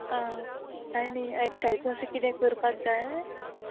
आं आनी एक्सर्सायज असो कितें करपा जाय